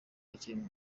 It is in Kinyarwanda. akiri